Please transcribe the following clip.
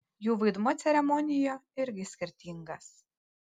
jų vaidmuo ceremonijoje irgi skirtingas